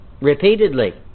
Repeatedly